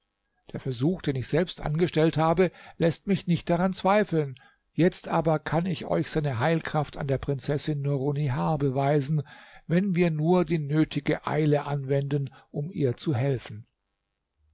der versuch den ich selbst angestellt habe läßt mich nicht daran zweifeln jetzt aber kann ich euch seine heilkraft an der prinzessin nurunnihar beweisen wenn wir nur die nötige eile anwenden um ihr zu helfen